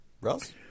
Russ